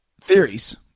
theories